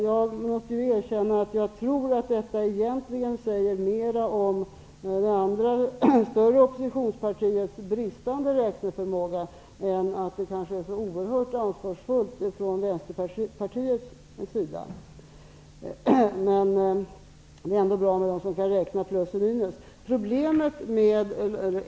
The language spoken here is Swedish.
Jag måste erkänna att jag tror att detta egentligen säger mera om det andra, större, oppositionspartiets bristande räkneförmåga än att det är så oerhört ansvarsfullt från Vänsterpartiets sida. Men det är ändå bra att vi har någon som kan räkna plus och minus.